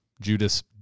judas